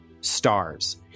stars